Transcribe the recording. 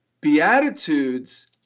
beatitudes